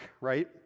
right